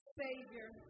savior